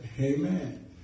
Amen